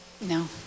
No